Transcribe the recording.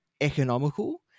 economical